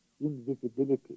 invisibility